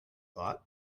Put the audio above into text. thought